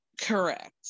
Correct